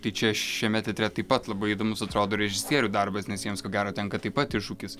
tai čia šiame teatre taip pat labai įdomus atrodo režisierių darbas nes jiems ko gero tenka taip pat iššūkis